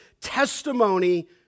testimony